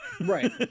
right